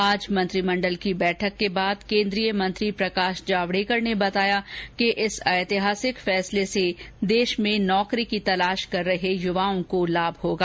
आज मंत्रिमंडल की बैठक के बाद केंद्रीय मंत्री प्रकाश जावडेकर ने बताया कि इस ऐतिहासिक फैसले से देश में नौकरी की तलाश कर रहे युवाओं को लाभ होगा